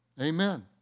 Amen